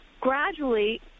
gradually